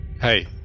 Hey